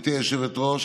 גברתי היושבת-ראש,